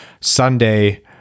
Sunday